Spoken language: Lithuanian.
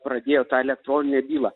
pradėjo tą elektroninę bylą